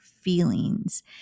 feelings